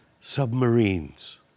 submarines